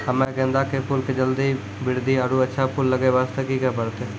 हम्मे गेंदा के फूल के जल्दी बृद्धि आरु अच्छा फूल लगय वास्ते की करे परतै?